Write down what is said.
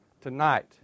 tonight